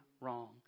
wrong